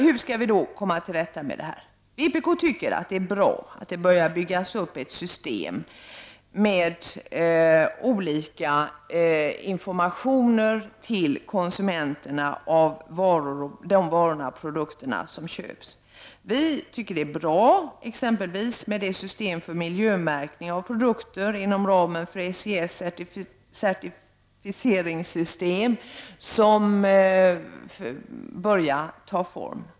Hur skall vi då komma till rätta med detta? Vpk tycker att det är bra att det har börjat byggas upp ett system med olika informationer till konsumenterna om de varor och produkter som köps. Vi tycker att det är bra exempelvis med ett system för miljömärkning av produkter inom ramen för SIS certifieringssystem, som nu börjar ta form.